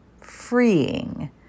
freeing